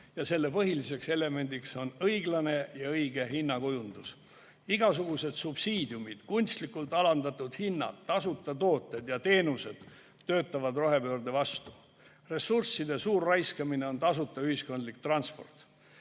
ja selle põhiliseks elemendiks on õiglane ja õige hinnakujundus. Igasugused subsiidiumid, kunstlikult alandatud hinnad, tasuta tooted ja teenused töötavad rohepöörde vastu. Tasuta ühistransport